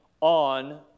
on